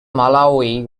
malawi